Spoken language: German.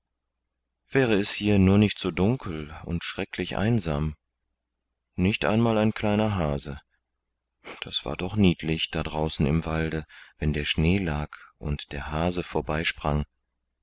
wäre es hier nur nicht so dunkel und schrecklich einsam nicht einmal ein kleiner hase das war doch niedlich da draußen im walde wenn der schnee lag und der hase vorbei